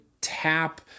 tap